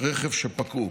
רכב שפקעו,